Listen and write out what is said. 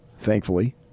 Thankfully